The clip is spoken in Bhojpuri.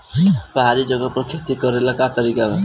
पहाड़ी जगह पर खेती करे के का तरीका बा?